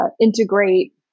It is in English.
integrate